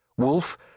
Wolf